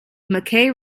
mackay